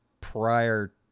prior